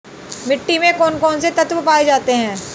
मिट्टी में कौन कौन से तत्व पाए जाते हैं?